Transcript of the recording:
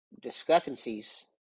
discrepancies